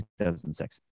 2006